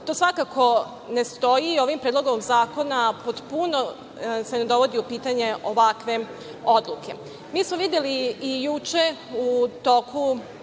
To svakako ne stoji i ovim predlogom zakona se ne dovode u pitanje ovakve odluke. Mi smo videli i juče u toku